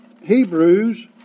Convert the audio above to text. Hebrews